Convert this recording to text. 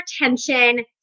attention